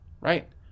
right